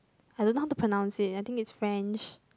I don't know how to pronounce it I think it's French